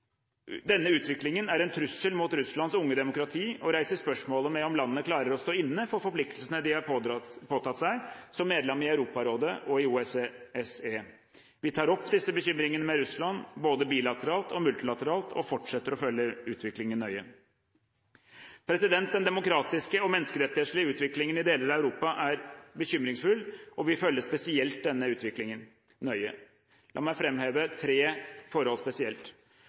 utviklingen er en trussel mot Russlands unge demokrati og reiser spørsmål ved om landet klarer å stå inne for forpliktelsene de har påtatt seg som medlem i Europarådet og i OSSE. Vi tar opp disse bekymringene med Russland både bilateralt og multilateralt og forsetter å følge utviklingen nøye. Den demokratiske og menneskerettslige utviklingen i deler av Europa er bekymringsfull, og vi følger spesielt denne utviklingen nøye. La meg framheve tre forhold spesielt.